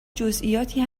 جزییاتی